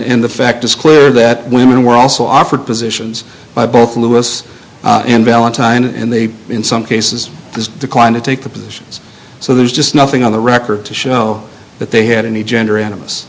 and the fact is clear that women were also offered positions by both lewis and valentine and they in some cases this declined to take the positions so there's just nothing on the record to show that they had any gender anim